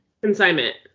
Consignment